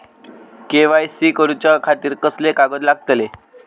KYC करूच्या खातिर कसले कागद लागतले?